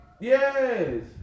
Yes